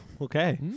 okay